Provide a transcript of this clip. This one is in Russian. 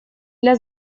для